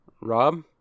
Rob